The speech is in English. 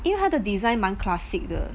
因为他的 design 蛮 classic 的